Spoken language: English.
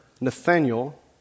Nathaniel